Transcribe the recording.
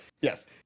yes